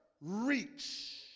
reach